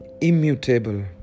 immutable